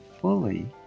fully